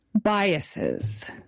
biases